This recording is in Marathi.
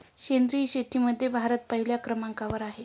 सेंद्रिय शेतीमध्ये भारत पहिल्या क्रमांकावर आहे